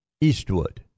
Eastwood